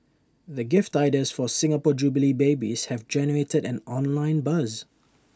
the gift ideas for Singapore jubilee babies have generated an online buzz